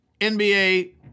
NBA